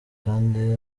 kandi